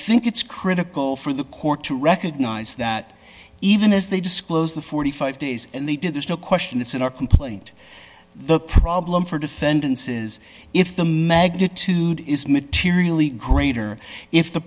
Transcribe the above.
think it's critical for the court to recognize that even as they disclose the forty five days they did there's no question that in our complaint the problem for defendants is if the magnitude is materially greater if the